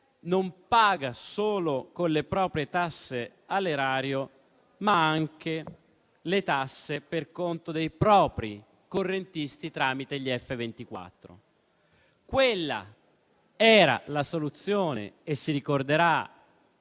non paga solo le proprie tasse all'erario, ma anche le tasse per conto dei propri correntisti, tramite gli F24. Quella era la soluzione - si ricorderanno